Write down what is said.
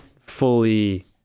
fully